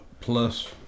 plus